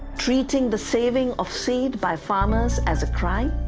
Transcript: treating the saving of seeds by farmers as a crime,